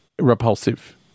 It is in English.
repulsive